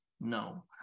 no